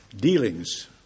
dealings